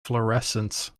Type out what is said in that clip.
fluorescence